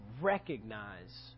recognize